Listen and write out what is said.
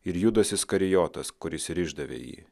ir judas iskarijotas kuris ir išdavė jį